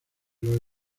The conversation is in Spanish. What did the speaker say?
los